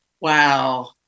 Wow